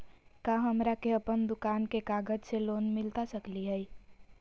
का हमरा के अपन दुकान के कागज से लोन मिलता सकली हई?